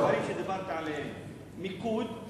בדברים שדיברתי עליהם: "מיקוד",